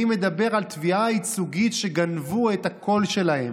אני מדבר על תביעה ייצוגית על כך שגנבו את הקול שלהם.